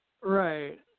right